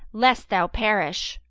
lest thou perish.